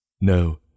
No